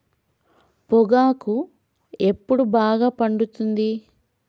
పొగాకు ఎప్పుడు బాగా పండుతుంది?